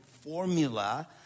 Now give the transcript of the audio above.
formula